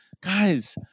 guys